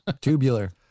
Tubular